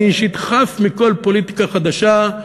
אני אישית חף מכל פוליטיקה חדשה,